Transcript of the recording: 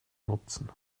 nutzen